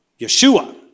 Yeshua